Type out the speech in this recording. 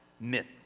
myth